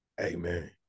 Amen